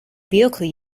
vehicle